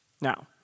Now